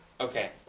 Okay